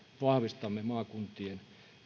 vahvistamme maakuntien